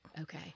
Okay